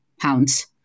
pounds